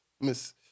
Miss